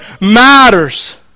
matters